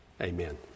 Amen